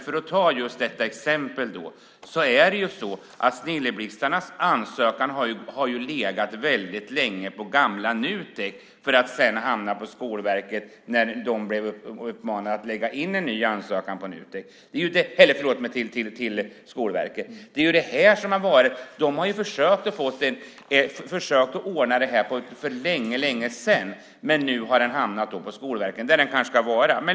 Om vi tar just detta exempel är problemet att Snilleblixtarnas ansökan har legat väldigt länge hos gamla Nutek för att sedan hamna hos Skolverket när organisationen blev uppmanad att lämna in en ny ansökan till Skolverket. Man har försökt att ordna detta för länge sedan. Nu har den hamnat hos Skolverket, där den kanske ska vara.